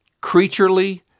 creaturely